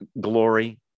glory